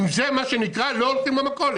עם זה לא הולכים למכולת.